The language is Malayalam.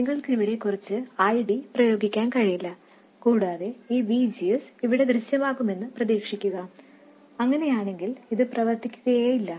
നിങ്ങൾക്ക് ഇവിടെ കുറച്ച് I D പ്രയോഗിക്കാൻ കഴിയില്ല കൂടാതെ ഈ V G S ഇവിടെ ദൃശ്യമാകുമെന്ന് പ്രതീക്ഷിക്കുക അങ്ങനെയാണെങ്കിൽ അത് പ്രവർത്തിക്കുകയേയില്ല